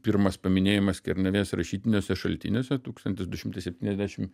pirmas paminėjimas kernavės rašytiniuose šaltiniuose tūkstantis du šimtai septyniasdešim